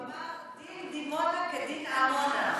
הוא אמר: דין דימונה כדין עמונה.